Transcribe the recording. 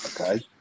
Okay